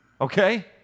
Okay